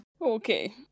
okay